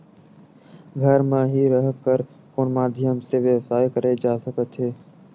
घर म हि रह कर कोन माध्यम से व्यवसाय करे जा सकत हे?